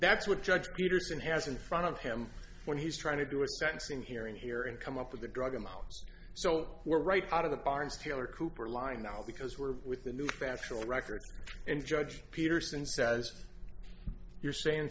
that's what judge peterson has in front of him when he's trying to do a sentencing hearing here and come up with a drug him out so we're right out of the barnes taylor cooper line now because we're with the new factual record and judge peterson says you're saying